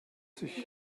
sich